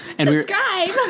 Subscribe